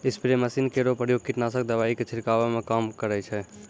spray machine केरो प्रयोग कीटनाशक दवाई क छिड़कावै म काम करै छै